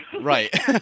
right